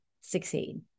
succeed